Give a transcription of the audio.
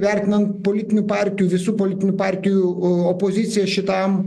vertinant politinių partijų visų politinių partijų o opoziciją šitam